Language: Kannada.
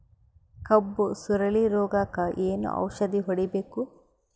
ಕಬ್ಬು ಸುರಳೀರೋಗಕ ಏನು ಔಷಧಿ ಹೋಡಿಬೇಕು?